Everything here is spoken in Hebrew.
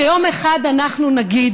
שיום אחד אנחנו נגיד